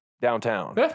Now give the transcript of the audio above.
downtown